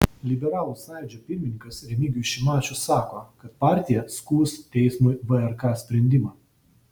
liberalų sąjūdžio pirmininkas remigijus šimašius sako kad partija skųs teismui vrk sprendimą